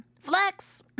Flex